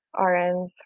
RNs